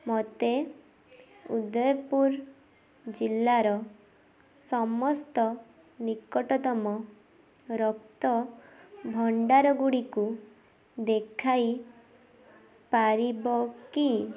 ମୋତେ ଉଦୟପୁର ଜିଲ୍ଲାର ସମସ୍ତ ନିକଟତମ ରକ୍ତ ଭଣ୍ଡାର ଗୁଡ଼ିକୁ ଦେଖାଇ ପାରିବେ କି